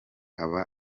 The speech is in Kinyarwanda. abo